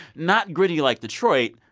not gritty like detroit,